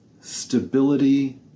stability